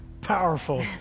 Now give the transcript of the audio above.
Powerful